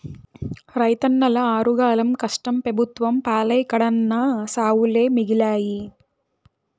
రైతన్నల ఆరుగాలం కష్టం పెబుత్వం పాలై కడన్నా సావులే మిగిలాయి